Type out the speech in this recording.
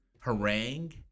harangue